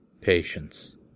patience